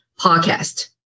podcast